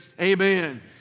amen